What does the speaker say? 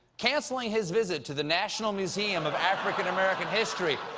canceling his visit to the national museum of african-american history.